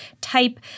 type